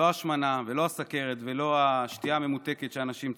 לא ההשמנה ולא הסוכרת ולא השתייה הממותקת שאנשים צורכים.